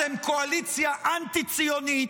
אתם קואליציה אנטי-ציונית,